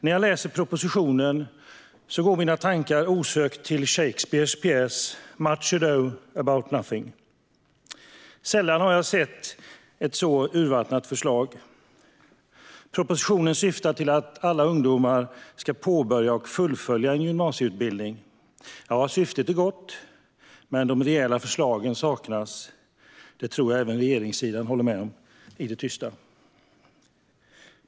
När jag läser propositionen går mina tankar osökt till Shakespeares pjäs Much Ado about Nothing . Sällan har jag sett ett så urvattnat förslag. Propositionen syftar till att alla ungdomar ska påbörja och fullfölja en gymnasieutbildning. Ja, syftet är gott, men de rejäla förslagen saknas. Det tror jag även att regeringssidan håller med om, i det tysta.